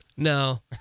No